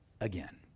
again